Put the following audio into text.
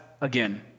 again